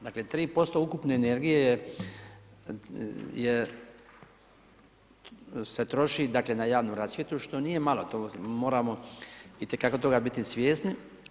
Dakle 3% ukupne energije se troši na javnu rasvjetu što nije malo, to moramo itekako toga biti svjesni.